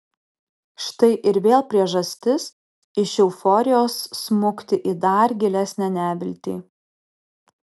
štai ir vėl priežastis iš euforijos smukti į dar gilesnę neviltį